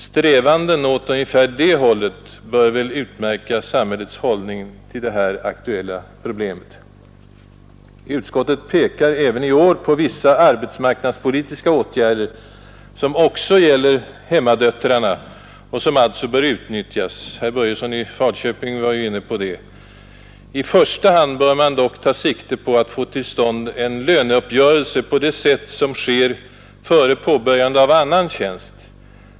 Strävanden åt ungefär det hållet bör väl utmärka samhällets hållning till det här aktuella problemet. Utskottet pekar även i år på vissa arbetsmarknadspolitiska åtgärder, som också gäller hemmadöttrarna och som alltså bör utnyttjas. Herr Börjesson i Falköping var ju inne på detta. I första hand bör man dock ta sikte på att få till stånd en löneuppgörelse på det sätt, som sker före påbörjande av annan tjänst.